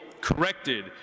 corrected